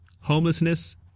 homelessness